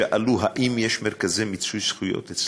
שאלו: האם יש מרכזי מיצוי זכויות אצלכם?